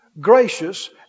gracious